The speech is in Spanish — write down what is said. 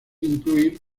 incluir